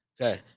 Okay